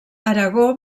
aragó